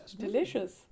delicious